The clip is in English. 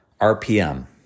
RPM